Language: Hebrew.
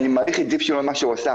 אני מעריך את זיו שילון על מה שהוא עושה,